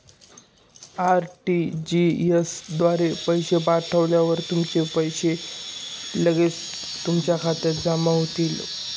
RTGS द्वारे पैसे पाठवल्यावर पैसे लगेच तुमच्या खात्यात जमा होतील